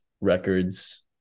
records